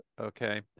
okay